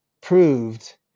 proved